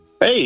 Hey